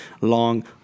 long